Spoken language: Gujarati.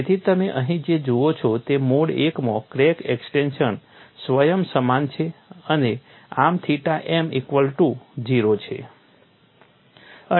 તેથી તમે અહીં જે જુઓ છો તે મોડ I માં ક્રેક એક્સ્ટેંશન સ્વયં સમાન છે અને આમ થીટા m ઇક્વલ ટુ 0 છે